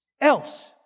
else